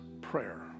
prayer